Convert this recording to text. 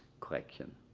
correction.